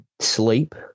sleep